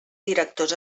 directors